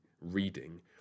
reading